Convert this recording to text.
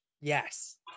Yes